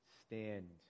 stand